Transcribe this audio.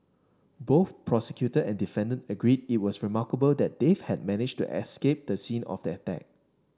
both prosecutor and defendant agreed it was remarkable that Dave had managed to escape the scene of the attack